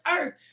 earth